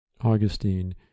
Augustine